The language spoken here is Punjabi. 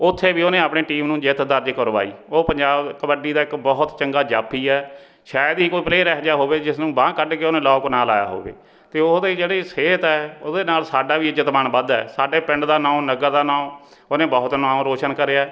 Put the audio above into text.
ਉੱਥੇ ਵੀ ਉਹਨੇ ਆਪਣੀ ਟੀਮ ਨੂੰ ਜਿੱਤ ਦਰਜ ਕਰਵਾਈ ਉਹ ਪੰਜਾਬ ਕਬੱਡੀ ਦਾ ਇੱਕ ਬਹੁਤ ਚੰਗਾ ਜਾਫੀ ਹੈ ਸ਼ਾਇਦ ਹੀ ਕੋਈ ਪਲੇਅਰ ਇਹੋ ਜਿਹਾ ਹੋਵੇ ਜਿਸ ਨੂੰ ਬਾਂਹ ਕੱਢ ਕੇ ਉਹਨੇ ਲੋਕ ਨਾ ਲਾਇਆ ਹੋਵੇ ਅਤੇ ਉਹ ਦੀ ਜਿਹੜੀ ਸਿਹਤ ਹੈ ਉਹਦੇ ਨਾਲ ਸਾਡਾ ਵੀ ਇੱਜ਼ਤ ਮਾਣ ਵੱਧਦਾ ਹੈ ਸਾਡੇ ਪਿੰਡ ਦਾ ਨਾਂ ਨਗਰ ਦਾ ਨਾਂ ਉਹਨੇ ਬਹੁਤ ਨਾਂ ਰੌਸ਼ਨ ਕਰਿਆ